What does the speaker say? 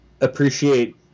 appreciate